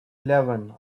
eleven